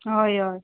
हय हय